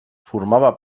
formava